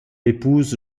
épouse